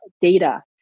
data